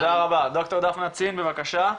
תודה רבה, ד"ר דפנה צין בבקשה.